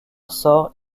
sort